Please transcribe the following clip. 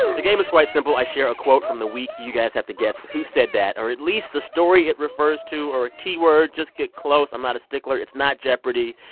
the game is quite simple. i share a quote from the week. you guys have to guess who said that or at least the story it refers to or a key word. just get close. i'm not a stickler. it's not jeopardy.